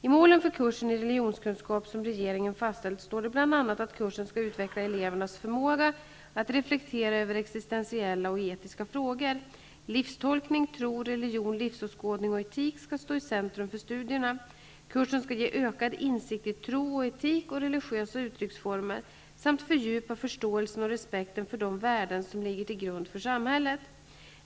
I målen för kursen i religionskunskap, som regeringen fastställt, står det bl.a. att kursen skall utveckla elevernas förmåga att reflektera över existentiella och etiska frågor. Livstolkning, tro, religion, livsåskådning och etik skall stå i centrum för studierna. Kursen skall ge ökad insikt i tro och etik och religiösa uttrycksformer samt fördjupa förståelsen och respekten för de värden som ligger till grund för samhället.